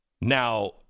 Now